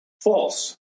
False